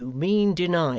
you mean denial.